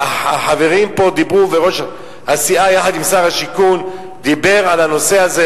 החברים פה דיברו וראש הסיעה יחד עם שר השיכון דיברו על הנושא הזה,